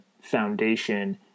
foundation